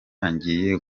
ngiye